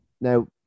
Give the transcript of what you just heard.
Now